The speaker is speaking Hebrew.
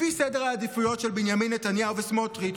לפי סדר העדיפויות של בנימין נתניהו וסמוטריץ',